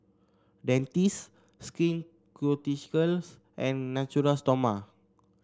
Dentiste Skin Ceuticals and Natura Stoma